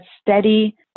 steady